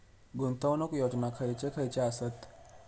गुंतवणूक योजना खयचे खयचे आसत?